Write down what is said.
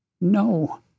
no